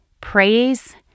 praise